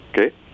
okay